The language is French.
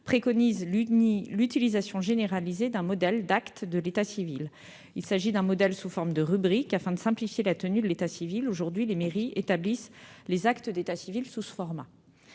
préconise l'utilisation généralisée d'un modèle d'acte de l'état civil. Il s'agit d'un modèle sous forme de rubriques afin de simplifier la tenue de l'état civil. Aujourd'hui, les mairies établissent les actes d'état civil sous ce format.